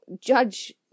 judge